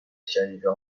شقیقه